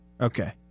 Okay